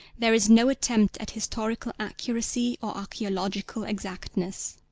there is no attempt at historical accuracy or archaeological exactness.